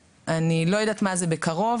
אני לא יודעת מה זה בקרוב,